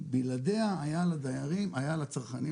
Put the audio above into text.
בלעדיה היה לצרכנים,